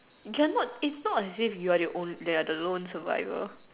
cannot it's not as if you the only the lone survivor